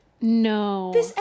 No